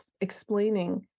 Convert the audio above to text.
explaining